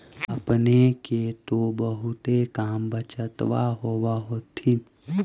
अपने के तो बहुते कम बचतबा होब होथिं?